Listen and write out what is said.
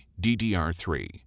DDR3